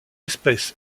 espèce